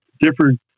Different